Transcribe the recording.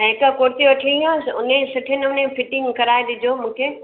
ऐं हिकु कुर्ती वठणी आहे उन जी सुठे नमूने फिटिंग कराए ॾिजो मूंखे